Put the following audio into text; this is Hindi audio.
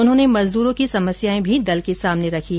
उन्होंने मजदूरों की समस्याएं भी दल के सामने रखीं